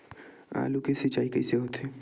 आलू के सिंचाई कइसे होथे?